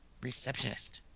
receptionist